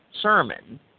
sermon